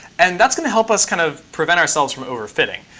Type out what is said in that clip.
and that's going to help us kind of prevent ourselves from over-fitting.